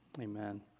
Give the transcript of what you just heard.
amen